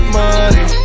money